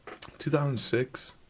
2006